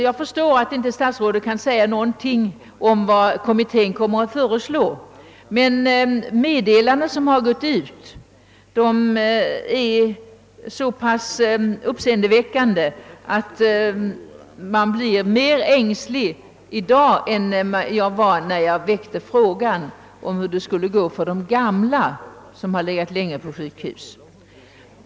Jag förstår att statsrådet inte kan säga något om vad kommittén kommer att föreslå, men de meddelanden som gått ut är så pass uppseendeväckande, att jag är mer ängslig i dag än jag var när jag framställde interpellationen. Jag frågar mig verkligen: Hur skall det gå för de gamla som legat länge på sjukhus?